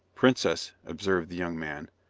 princess, observed the young man,